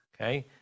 Okay